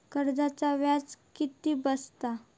कर्जाचा व्याज किती बसतला?